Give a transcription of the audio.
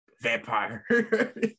vampire